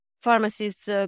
pharmacists